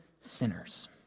sinners